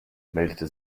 meldete